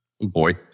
Boy